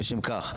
לשם כך,